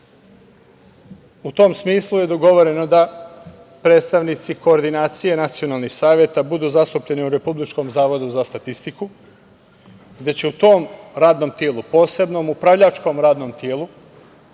tom smislu, je dogovoreno da predstavnici koordinacije nacionalnih saveta budu zastupljeni u Republičkom zavodu za statistiku, gde će u tom radnom telu, posebnom upravljačkom radnom telu,